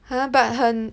!huh! but 很